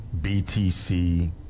Btc